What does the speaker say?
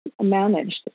managed